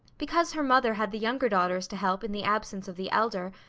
because her mother had the younger daughters to help in the absence of the elder,